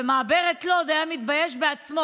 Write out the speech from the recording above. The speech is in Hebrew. מישהו יודע מדוע הוא עזב את הקואליציה?